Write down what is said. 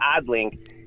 AdLink